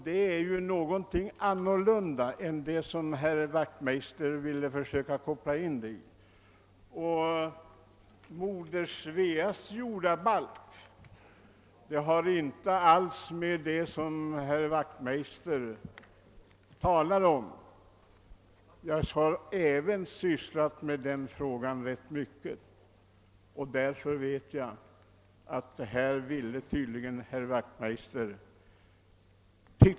Det är ju något annat än vad herr Wachtmeister vill göra gällande att jag sade. Moder Sveas jordabalk har inte alls med det att göra som herr Wachtmeister talade om; jag har sysslat ganska mycket även med den frågan. Herr Wachtmeister ville tydligen tolka mig fel.